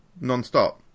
non-stop